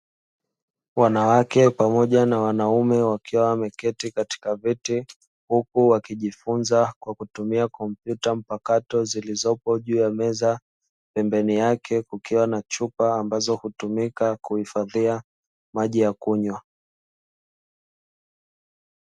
Wanawake pamoja na wanaume wakiwa wameti katika viti, huku wakijifunza kutumia kompyuta mpakato zilizopo juu ya meza, pembeni yake kukiwa na chupa ambazo hutumika kuhifadhia maji ya kunywa.